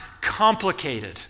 complicated